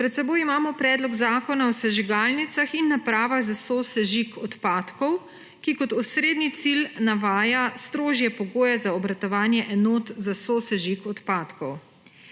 Pred seboj imamo Predlog zakona o sežigalnicah in napravah za sosežig odpadkov, ki kot osrednji cilj navaja strožje pogoje za obratovanje enot za sosežig odpadkov.